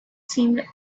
seemed